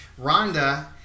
Rhonda